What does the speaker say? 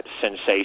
sensation